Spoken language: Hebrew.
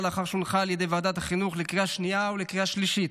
לאחר שהוכנה על ידי ועדת החינוך לקריאה שנייה ולקריאה שלישית.